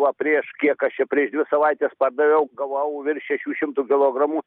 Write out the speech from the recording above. va prieš kiek aš čia prieš dvi savaites pardaviau gavau virš šešių šimtų kilogramų